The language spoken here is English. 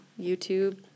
YouTube